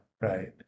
right